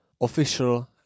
official